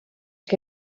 que